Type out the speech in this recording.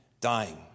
dying